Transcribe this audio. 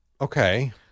Okay